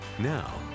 Now